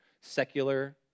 secular